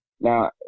Now